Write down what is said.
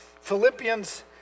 Philippians